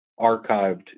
archived